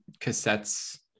cassettes